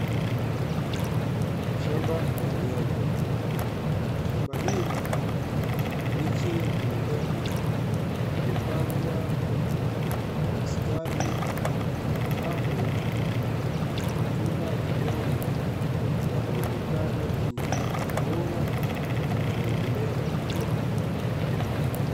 Shamba la nyanya. Shamba hili miche ya nyanya imepangwa kwa ustadi, ambapo matunda ya nyanya yanaonekana ni yenye afya bora na yanaendelea na ukuaji.